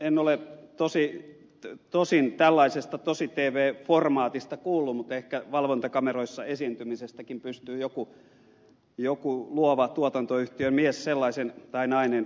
en ole tosin tällaisesta tositv formaatista kuullut mutta ehkä valvontakameroissa esiintymisestäkin pystyy joku luova tuotantoyhtiön mies tai nainen sellaisen kehittämään